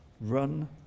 Run